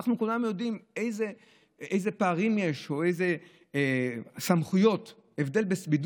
אנחנו כולנו יודעים איזה פערים יש או איזה סמכויות ובידול